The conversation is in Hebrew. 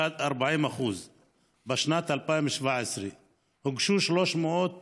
בשנת 2017 הוגשו 350